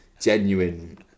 genuine